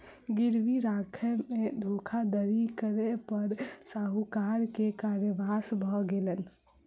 गिरवी राखय में धोखाधड़ी करै पर साहूकार के कारावास भ गेलैन